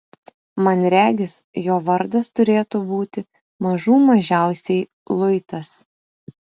man regis jo vardas turėtų būti mažų mažiausiai luitas